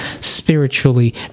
spiritually